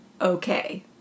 okay